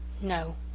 No